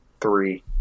three